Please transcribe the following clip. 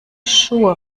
schuhe